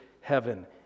heaven